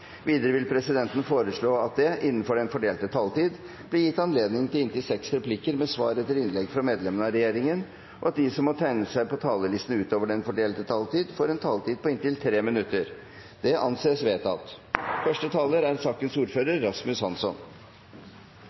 Videre vil presidenten foreslå at det innenfor den fordelte taletid blir gitt anledning til inntil seks replikker med svar etter innlegg fra medlemmer av regjeringen, og at de som måtte tegne seg på talerlisten utover den fordelte taletid, får en taletid på inntil 3 minutter. – Det anses vedtatt.